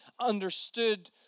understood